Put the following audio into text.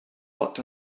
but